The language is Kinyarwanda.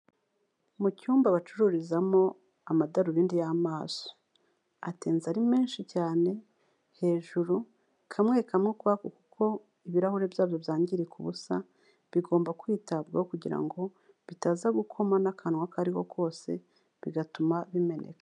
Mu cyumba bacururizamo amadarubindi y'amaso, atenze ari menshi cyane hejuru kamwe kamwe ukwako, kuko ibirahure byabo byangirika ubusa, bigomba kwitabwaho kugira ngo bitaza gukomwa n'akantu ako ariko kose bigatuma bimeneka.